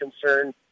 concern